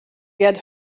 get